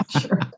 sure